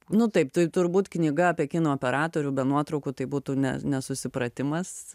nu taip tai turbūt knyga apie kino operatorių be nuotraukų tai būtų ne nesusipratimas